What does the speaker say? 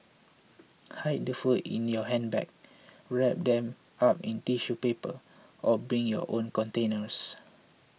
hide the food in your handbag wrap them up in tissue paper or bring your own containers